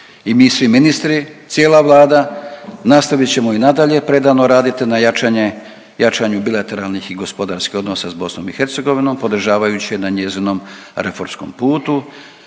i mi svi ministri, cijela Vlada nastavit ćemo i nadalje predano radit na jačanje, jačanju bilateralnih i gospodarskih odnosa s BIH, podržavajući je na njezinom reformskom putu